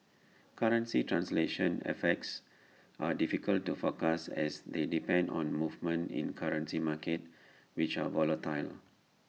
currency translation effects are difficult to forecast as they depend on movements in currency markets which are volatile